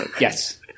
yes